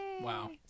Wow